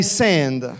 send